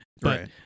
but-